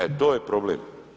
E to je problem.